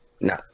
No